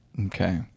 Okay